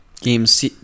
games